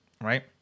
right